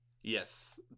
Yes